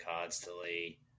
constantly